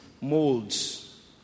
Molds